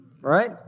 Right